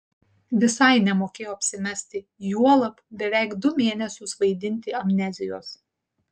visai nemokėjo apsimesti juolab beveik du mėnesius vaidinti amnezijos